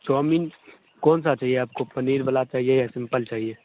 chow mein कौन सा चाहिए आपको पनीर वाला चाहिए या सिंपल वाला चाहिए